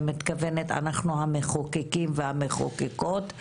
ואני מתכוונת אנחנו המחוקקים והמחוקקות,